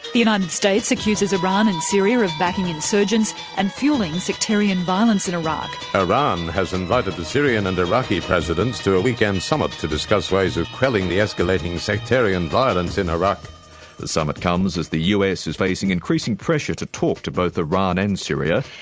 the united states accuses iran and syria of backing insurgents and fuelling sectarian violence in iraq. iran has invited the syrian and iraqi presidents to a weekend summit to discuss ways of quelling the escalating sectarian violence in iraq. the summit comes as the us is facing increasing pressure to talk to both iran and syria.